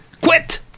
Quit